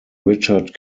richard